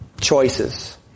choices